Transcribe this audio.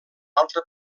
altre